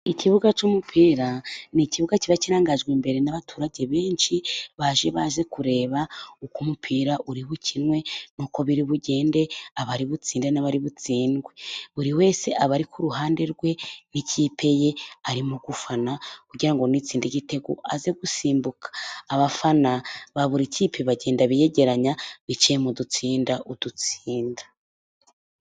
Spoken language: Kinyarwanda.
Ikibuga cy'umupira ni ikibuga kiba kirangajwe imbere n'abaturage benshi baje baje kureba uko umupira uri bukinwe, nuko biri bugende, abari butsinde n'abari butsindwe. Buri wese aba ari ku ruhande rwe n' ikipe ye arimo gufana, kugira ngo ngo n'itsinda igitego aze gusimbuka. Abafana ba buri kipe bagenda biyegeranya biciye mu dutsinda udutsinda.